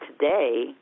today